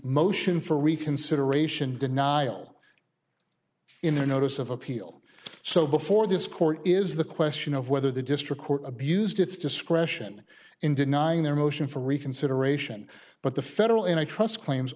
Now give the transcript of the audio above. motion for reconsideration denial in their notice of appeal so before this court is the question of whether the district court abused its discretion in denying their motion for reconsideration but the federal and i trust claims